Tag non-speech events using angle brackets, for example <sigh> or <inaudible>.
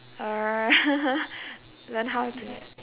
err <laughs> learn how to